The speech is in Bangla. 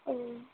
ও